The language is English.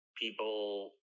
people